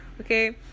Okay